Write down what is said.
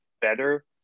better